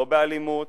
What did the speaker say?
לא באלימות,